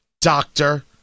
doctor